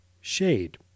shade